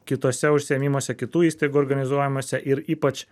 kituose užsiėmimuose kitų įstaigų organizuojamose ir ypač